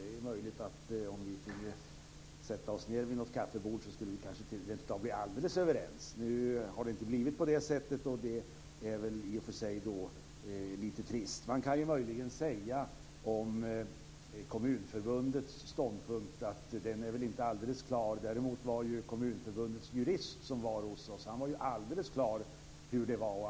Det är möjligt att om vi finge sätta oss ned vid ett kaffebord skulle vi rentav bli helt överens. Nu har det inte blivit på det sättet, och det är i och för sig lite trist. Man kan möjligen säga att Kommunförbundets ståndpunkt inte är alldeles klar. Däremot var Kommunförbundets jurist som var hos oss helt klar på hur det var.